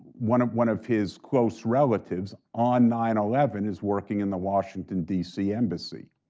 one of one of his close relatives on nine eleven is working in the washington, d c. embassy,